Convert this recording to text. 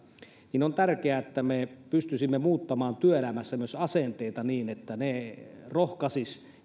niin on tärkeää että me pystyisimme muuttamaan työelämässä myös asenteita niin että ne rohkaisisivat